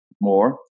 more